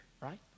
right